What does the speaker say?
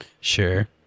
Sure